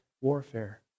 warfare